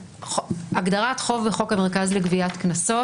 הגדרת "חוב" בחוק המרכז לגביית קנסות